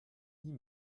dit